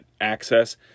access